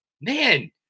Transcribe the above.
man